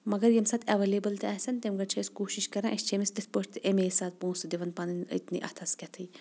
مگر ییٚمہِ ساتہٕ اٮ۪ویلیبٕل تہِ آسن تمہِ گٔرۍ چھِ أسۍ کوٗشش کران أسۍ چھِ أمِس تِتھ پٲٹھۍ تہِ امے ساتہٕ پونٛسہٕ دِوان پنٕنۍ أتنی اتھس کیتھٕے